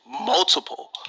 multiple